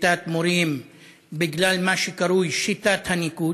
וקליטת מורים בגלל מה שקרוי "שיטת הניקוד",